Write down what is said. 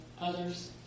others